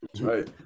right